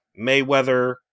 Mayweather